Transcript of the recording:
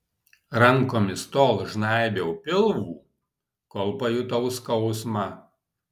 rankomis tol žnaibiau pilvų kol pajutau skausmą